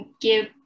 give